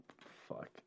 Fuck